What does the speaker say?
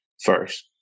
first